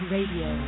Radio